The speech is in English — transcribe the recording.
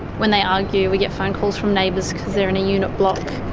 when they argue, we get phone calls from neighbours because they are in a unit block,